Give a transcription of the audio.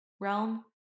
realm